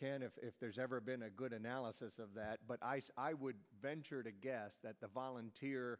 if there's ever been a good analysis of that but i would venture to guess that the volunteer